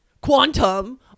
quantum